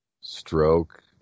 stroke